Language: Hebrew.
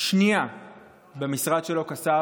שנייה במשרד שלו כשר